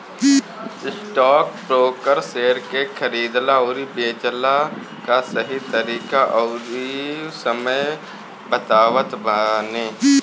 stockbroker share के खरीदला अउरी बेचला कअ सही तरीका अउरी समय बतावत बाने